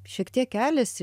šiek tiek keliasi